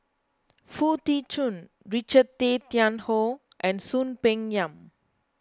Foo Tee Jun Richard Tay Tian Hoe and Soon Peng Yam